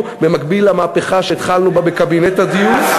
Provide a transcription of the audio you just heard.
במקביל למהפכה שהתחלנו בה בקבינט הדיור,